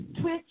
Twitch